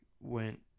went